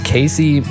Casey